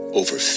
over